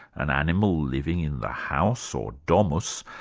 an animal living in the house, or domus,